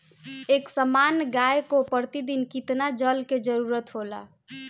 एक सामान्य गाय को प्रतिदिन कितना जल के जरुरत होला?